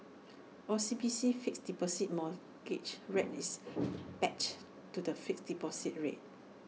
O C B C's fixed deposit mortgage rate is pegged to the fixed deposit rate